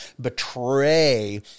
betray